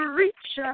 reach